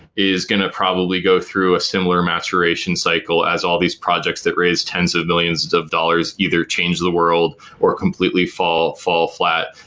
is going to probably go through a similar maturation cycle as all these projects that raised tens of millions of dollars either change the world or completely fall fall flat.